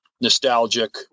nostalgic